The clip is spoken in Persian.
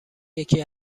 یکی